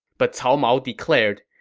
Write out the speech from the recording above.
but cao mao declared,